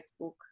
Facebook